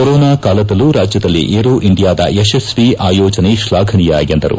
corona ಕಾಲದಲ್ಲೂ ರಾಜ್ಯದಲ್ಲಿ aero ಇಂಡಿಯಾದ ಯಶ್ವಿ ಆಯೋಜನೆ ಶ್ಲಾಘನೀಯ ಎಂದರು